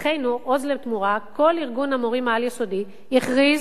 לפתחנו "עוז לתמורה"; כל ארגון המורים העל-יסודיים הכריז